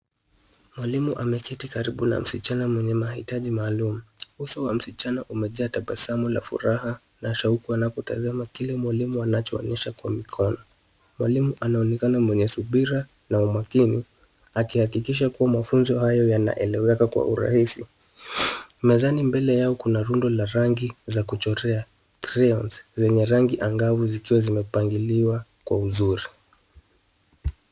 Mwalimu ameketi karibu na msichana mwenye mahitaji maalum. Uso wa msichana imejaa tabasamu na furaha na shauku anapotazama kile anachoonyesha mwalimu Kwa mikono. Mwalimu anaonekana mwenye subira na umaakini akihakikisha kuwa mafunzo hayo yanaeleweka kwa Urahisi. Mezani mbele Yao kuna rundo la rangi za kuchorea crayons zenye rangi angavu zikiwa zimepangiliwa vizuri.